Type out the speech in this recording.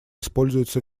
используется